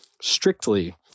strictly